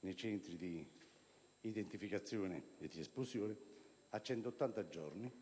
nei centri di identificazione ed espulsione a 180 giorni